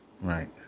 right